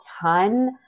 ton